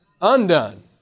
undone